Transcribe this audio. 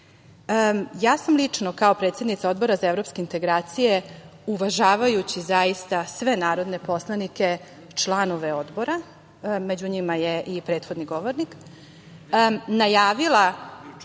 sam kao predsednica Odbora za evropske integracije, uvažavajući zaista sve narodne poslanike članove Odbora, među njima je i prethodni govornik, najavila